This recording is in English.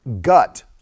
gut